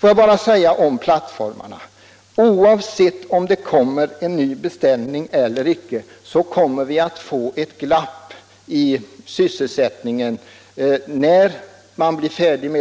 Låt mig sedan säga beträffande plattformarna att oavsett om det kommer en ny beställning eller icke blir det ett glapp i sysselsättningen när den första blir färdig